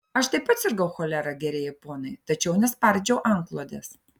aš taip pat sirgau cholera gerieji ponai tačiau nespardžiau antklodės